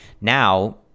Now